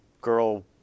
girl